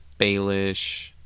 Baelish